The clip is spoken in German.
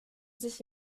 sich